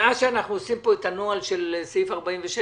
מאז שאנחנו עושים פה את הנוהל של סעיף 46,